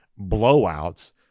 blowouts